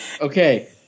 Okay